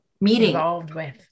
meeting